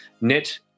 net